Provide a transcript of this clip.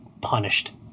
punished